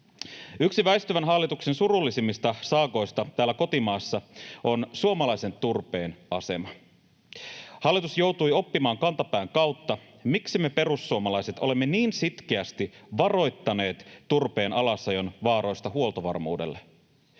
Yksi väistyvän hallituksen surullisimmista saagoista täällä kotimaassa on suomalaisen turpeen asema. Hallitus joutui oppimaan kantapään kautta, miksi me perussuomalaiset olemme niin sitkeästi varoittaneet turpeen alasajon vaaroista huoltovarmuudelle.